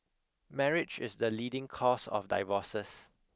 marriage is the leading cause of divorces